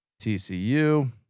TCU